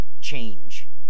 change